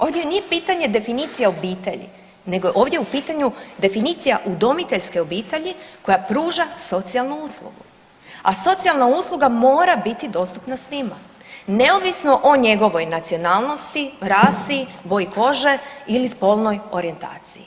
Ovdje nije pitanje definicije obitelji, nego je ovdje u pitanju definicija udomiteljske obitelji koja pruža socijalnu uslugu, a socijalna usluga mora biti dostupna svima neovisno o njegovoj nacionalnosti, rasi, boji kože ili spolnoj orijentaciji.